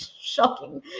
shocking